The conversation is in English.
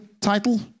title